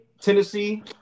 Tennessee